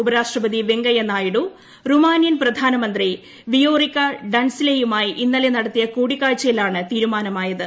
ഉപരാഷ്ട്രപതി വെങ്കയ്യ നായിഡൂ റുമാനിയൻ പ്രധാനമന്ത്രി വിയോറിക ഡൻസിലയുമായി ഇന്നലെ നടത്തിയ കൂടിക്കാഴ്ചയിലാണ് തീരുമാനമായത്